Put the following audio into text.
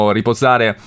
riposare